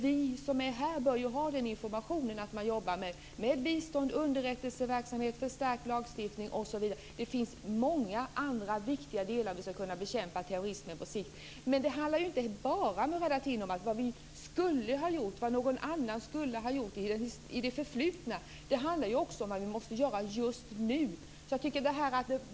Vi som är här bör dock ha den informationen att man jobbar med bistånd, underrättelseverksamhet, förstärkt lagstiftning osv. Det finns många andra delar som är viktiga för att vi ska kunna bekämpa terrorismen på sikt. Men det handlar inte bara, Murad Artin, om vad vi skulle ha gjort eller vad någon annan skulle ha gjort i det förflutna. Det handlar också om vad vi måste göra just nu.